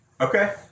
Okay